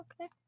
okay